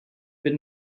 been